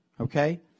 Okay